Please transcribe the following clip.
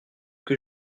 que